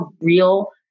real